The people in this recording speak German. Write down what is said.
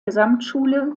gesamtschule